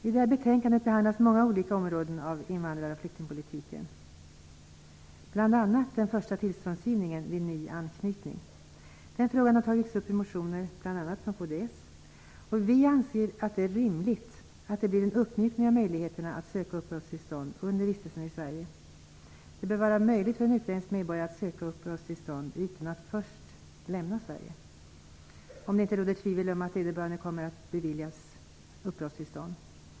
I detta betänkande behandlas många olika områden av invandrar och flyktingpolitiken, bl.a. Den frågan har tagits upp i motioner från bl.a. kds. Vi anser att det är rimligt att det blir en uppmjukning av möjligheterna att söka uppehållstillstånd under vistelsen i Sverige. Det bör vara möjligt för en utländsk medborgare att söka uppehållstillstånd utan att först lämna Sverige, om det inte råder tvivel om att vederbörande kommer att beviljas uppehållstillstånd.